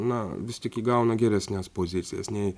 na vis tik įgauna geresnes pozicijas nei